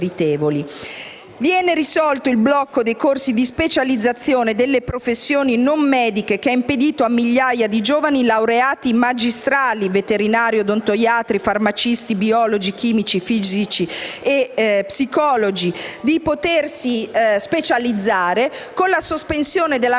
Viene poi risolto il blocco dei corsi di specializzazione delle professioni non mediche che ha impedito a migliaia di giovani laureati magistrali (veterinari, odontoiatri, farmacisti, biologi, chimici, fisici e psicologi) di potersi specializzare, con la sospensione della norma